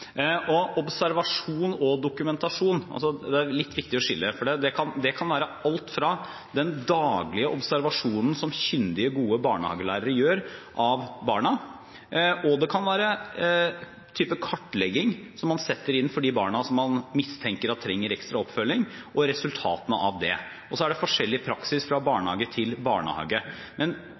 det litt viktig å skille. Det kan være alt fra den daglige observasjonen som kyndige, gode barnehagelærere gjør av barna, til den type kartlegging man setter inn for de barna som man mistenker trenger ekstra oppfølging, og resultatene av det. Og så er det forskjellig praksis fra barnehage til barnehage. Men